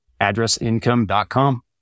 Addressincome.com